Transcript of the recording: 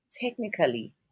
technically